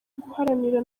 guharanira